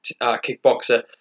kickboxer